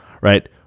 Right